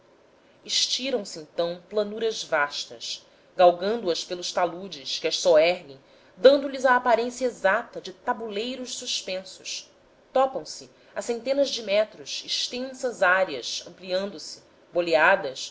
pontos estiram se então planuras vastas galgando as pelos taludes que as soerguem dando-lhes a aparência exata de tabuleiros suspensos topam se a centenas de metros extensas áreas ampliando se boleadas